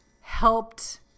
helped